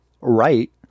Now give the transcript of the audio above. right